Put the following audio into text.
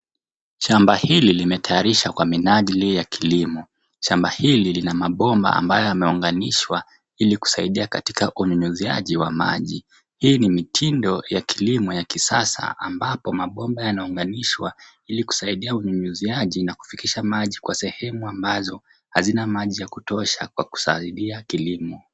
Shamba hili limetayarishwa kwa minajili ya kilimo. Shamba hili lina mabomba ambayo yameuganishwa ili kusaidia katika unyunyuziaji wa maji. Hii ni mitindo ya kilimo ya kisasa ambapo mabomba yanauganishwa ili kusaidia unyunyuziaji na kufikisha maji kwa sehemu ambazo hazina maji ya kutosha kwa kusaidia kilimo.